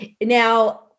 Now